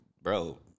bro